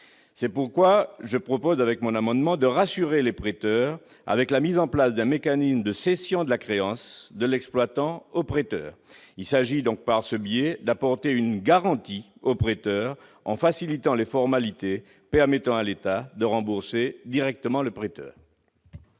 C'est pourquoi le présent amendement vise à rassurer les prêteurs en mettant en place un mécanisme de cession de la créance de l'exploitant au prêteur. Il s'agit par ce biais d'apporter une garantie au prêteur en facilitant les formalités qui permettent à l'État de le rembourser directement. Quel